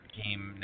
came